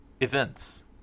events